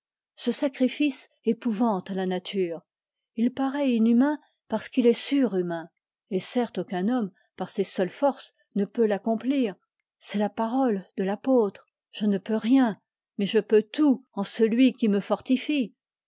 ce sacrifice épouvante la nature il paraît inhumain parce qu'il est surhumain et certes aucun homme par ses seules forces ne saurait l'accomplir c'est la parole de l'apôtre je ne peux rien mais je peux tout en celui qui me fortifie